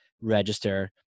register